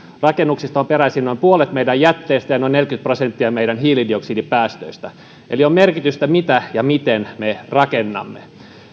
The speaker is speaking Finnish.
rakennuksista on peräisin noin puolet meidän jätteestä ja noin neljäkymmentä prosenttia meidän hiilidioksidipäästöistä eli sillä on merkitystä mitä ja miten me rakennamme